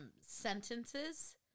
sentences